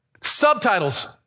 subtitles